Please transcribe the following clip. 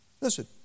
Listen